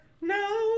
No